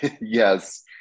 yes